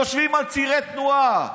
יושבים על צירי תנועה.